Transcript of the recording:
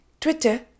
Twitter